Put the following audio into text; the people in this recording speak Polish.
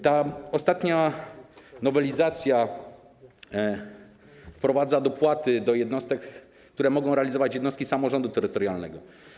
Ta ostatnia nowelizacja wprowadza dopłaty do zadań, które mogą realizować jednostki samorządu terytorialnego.